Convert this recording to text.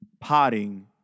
potting